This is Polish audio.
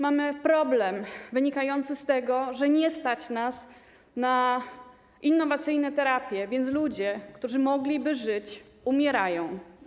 Mamy problem wynikający z tego, że nie stać nas na innowacyjne terapie, więc ludzie, którzy mogliby żyć, umierają.